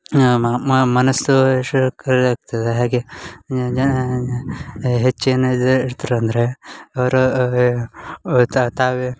ಮ ಮ ಮನಸ್ಸು ಶ್ರ್ ಕರೆ ಆಗ್ತದೆ ಹಾಗೆ ಜಾಜಾ ಹೆಚ್ಚಿನ ಇದು ಇರ್ತ್ರೆ ಅಂದರೆ ಅವ್ರು ಅವೇ ತಾವೇ